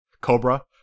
Cobra